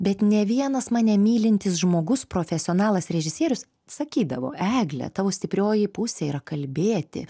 bet ne vienas mane mylintis žmogus profesionalas režisierius sakydavo egle tavo stiprioji pusė yra kalbėti